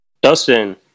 Dustin